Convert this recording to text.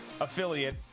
affiliate